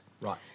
Right